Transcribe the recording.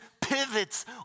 pivots